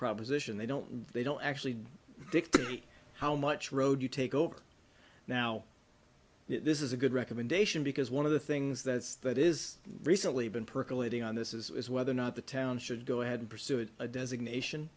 proposition they don't they don't actually dictate how much road you take over now this is a good recommendation because one of the things that's that is recently been percolating on this is whether or not the town should go ahead and pursue it a designation